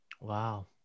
Wow